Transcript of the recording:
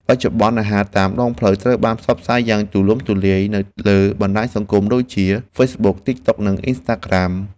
បច្ចុប្បន្នអាហារតាមដងផ្លូវត្រូវបានផ្សព្វផ្សាយយ៉ាងទូលំទូលាយនៅលើបណ្ដាញសង្គមដូចជា ហ្វេសប៊ុក ទិកតុក និងអ៊ីនស្តាក្រាម។